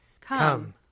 Come